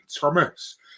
Thomas